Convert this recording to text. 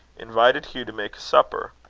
invited hugh to make a supper.